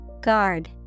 Guard